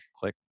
click